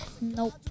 Nope